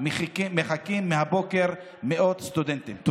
מהבוקר מאות סטודנטים מחכים.